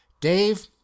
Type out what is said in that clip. dave